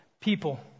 people